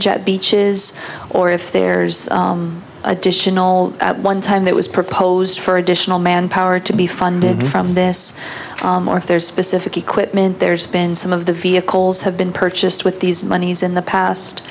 at beaches or if there's additional at one time it was proposed for additional manpower to be funded from this or if there's specific equipment there's been some of the vehicles have been purchased with these monies in the past